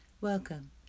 Welcome